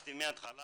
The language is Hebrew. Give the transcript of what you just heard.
אמרתי מהתחלה